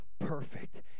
perfect